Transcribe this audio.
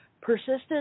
persistent